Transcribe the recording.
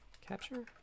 capture